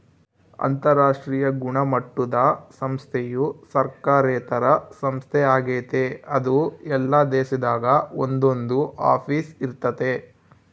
ಅಂತರಾಷ್ಟ್ರೀಯ ಗುಣಮಟ್ಟುದ ಸಂಸ್ಥೆಯು ಸರ್ಕಾರೇತರ ಸಂಸ್ಥೆ ಆಗೆತೆ ಅದು ಎಲ್ಲಾ ದೇಶದಾಗ ಒಂದೊಂದು ಆಫೀಸ್ ಇರ್ತತೆ